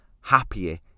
happier